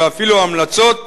ואפילו המלצות,